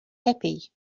happy